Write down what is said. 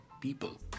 people